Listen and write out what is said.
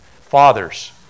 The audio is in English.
Fathers